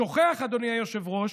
שוכח, אדוני היושב-ראש,